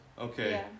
Okay